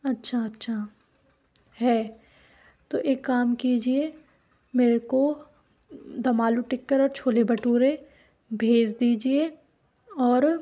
अच्छा अच्छा है तो एक कम कीजिए मेरे को दम आलू टिक्कर और छोले भटूरे भेज दीजिए और